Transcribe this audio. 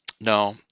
no